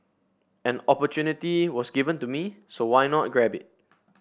an opportunity was given to me so why not grab it